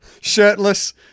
Shirtless